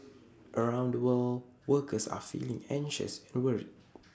around the world workers are feeling anxious and worried